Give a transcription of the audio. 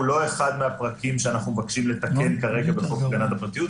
הוא לא אחד מהפרקים שאנחנו מבקשים לתקן כרגע בחוק הגנת הפרטיות,